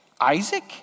Isaac